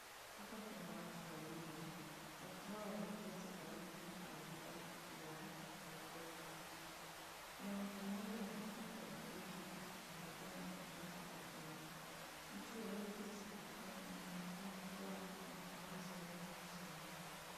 Hapa kuna watu wawili, watu hawa wameketi karibu na duka la Mpesa, kuna mtu mmoja amekaa kwa dirisha na mwingine amekaa sakafuni, mtu aliyeketi sakafuni anaonekana kuwa wa mawazo mengi sana.